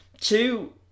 two